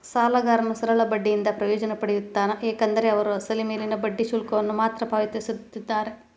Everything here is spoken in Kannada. ಸಾಲಗಾರರು ಸರಳ ಬಡ್ಡಿಯಿಂದ ಪ್ರಯೋಜನ ಪಡೆಯುತ್ತಾರೆ ಏಕೆಂದರೆ ಅವರು ಅಸಲು ಮೇಲಿನ ಬಡ್ಡಿ ಶುಲ್ಕವನ್ನು ಮಾತ್ರ ಪಾವತಿಸುತ್ತಿದ್ದಾರೆ